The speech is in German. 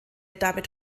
damit